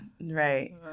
Right